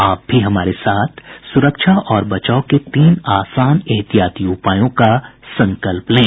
आप भी हमारे साथ सुरक्षा और बचाव के तीन आसान एहतियाती उपायों का संकल्प लें